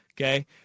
okay